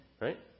Right